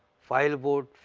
file board,